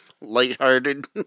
light-hearted